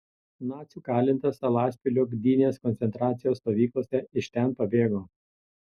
nacių kalintas salaspilio gdynės koncentracijos stovyklose iš ten pabėgo